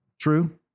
True